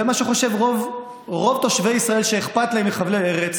זה מה שחושבים רוב תושבי ישראל שאכפת להם מחבלי ארץ.